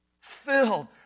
filled